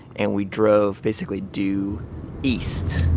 and we drove basically due east,